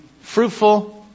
fruitful